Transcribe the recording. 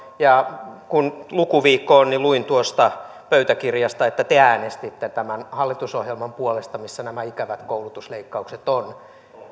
ja kun lukuviikko on niin luin tuosta pöytäkirjasta että te äänestitte tämän hallitusohjelman puolesta missä nämä ikävät koulutusleikkaukset ovat